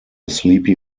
sleepy